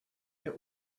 this